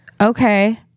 Okay